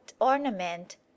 ornament